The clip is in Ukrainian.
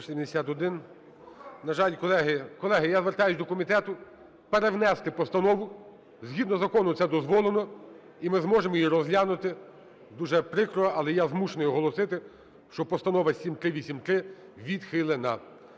На жаль, колеги. Колеги, я звертаюсь до комітету перевнести постанову, згідно закону, це дозволено, і ми зможемо її розглянути. Дуже прикро, але я змушений оголосити, що Постанова 7383 відхилена.